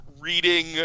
reading